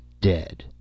dead